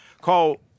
Call